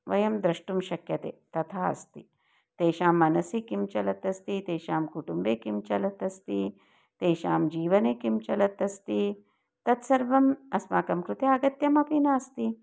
वयं द्रष्टुं शक्यते तथा अस्ति तेषां मनसि किं चलत् अस्ति तेषां कुटुम्बे किं चलत् अस्ति तेषां जीवने किं चलत् अस्ति तत्सर्वम् अस्माकं कृते अगत्यमपि नास्ति